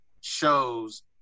shows